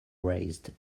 raised